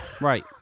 Right